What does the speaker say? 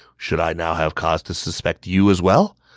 should i now have cause to suspect you as well?